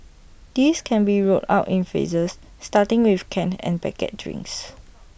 this can be rolled out in phases starting with canned and packet drinks